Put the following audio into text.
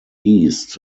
east